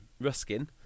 Ruskin